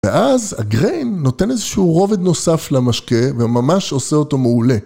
ואז הגריין נותן איזשהו רובד נוסף למשקה וממש עושה אותו מעולה